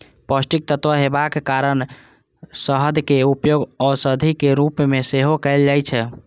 पौष्टिक तत्व हेबाक कारण शहदक उपयोग औषधिक रूप मे सेहो कैल जाइ छै